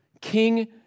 King